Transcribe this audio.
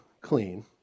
clean